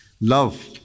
love